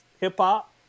hip-hop